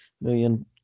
million